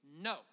no